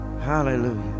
Hallelujah